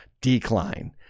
decline